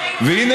והינה,